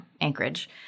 Anchorage